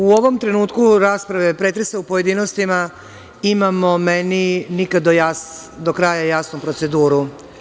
U ovom trenutku rasprave pretresa u pojedinostima imamo meni nikad do kraja jasnu proceduru.